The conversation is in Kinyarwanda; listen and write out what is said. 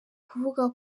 kivuga